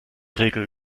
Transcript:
regel